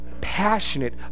passionate